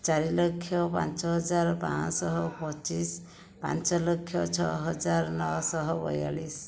ଚାରିଲକ୍ଷ ପାଞ୍ଚହଜାର ପାଞ୍ଚଶହ ପଚିଶ ପାଞ୍ଚଲକ୍ଷ ଛଅହଜାର ନଅଶହ ବୟାଳିଶି